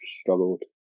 struggled